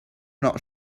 not